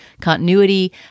continuity